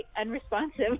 Unresponsive